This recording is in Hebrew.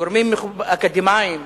גורמים אקדמיים,